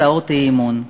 הצעות אי-אמון.